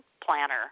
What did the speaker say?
planner